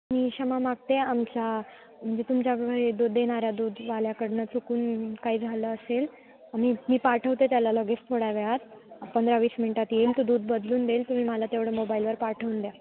मी क्षमा मागते आमच्या म्हणजे तुमच्याक हे दूध देणाऱ्या दूधवाल्याकडनं चुकून काही झालं असेल मी मी पाठवते त्याला लगेच थोड्या वेळात पंधरा वीस मिनटात येईल तो दूध बदलून देईल तुम्ही मला तेवढं मोबाईलवर पाठवून द्या